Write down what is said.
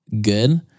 good